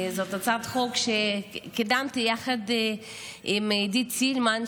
זאת הצעת חוק שקידמתי יחד עם עידית סילמן,